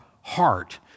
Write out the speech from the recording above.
heart